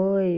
ఓయ్